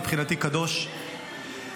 מבחינתי קדוש,